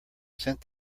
sent